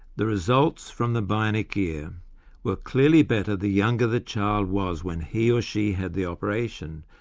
the results from the bionic ear were clearly better the younger the child was when he or she had the operation,